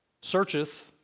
searcheth